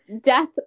death